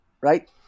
right